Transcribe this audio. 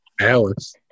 Alice